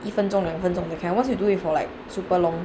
一分钟两分钟 you obviously can do it for like super long